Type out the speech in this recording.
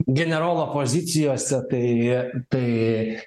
generolo pozicijose tai tai